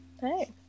Hey